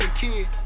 kid